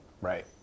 Right